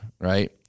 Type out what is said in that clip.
right